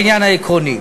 העקרוני.